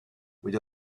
would